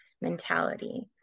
mentality